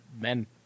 men